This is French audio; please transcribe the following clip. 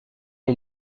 est